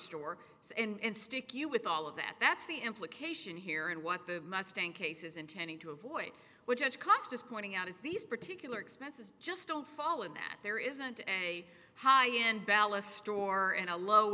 store and stick you with all of that that's the implication here and what the mustang case is intending to avoid which cox just pointing out is these particular expenses just don't fall in that there isn't a high end ballast store and a low